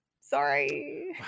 sorry